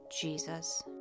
Jesus